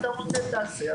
אתה רוצה, תעשה.